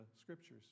scriptures